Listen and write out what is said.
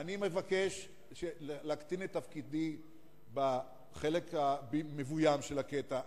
אני מבקש להקטין את תפקידי בחלק המבוים של הקטע.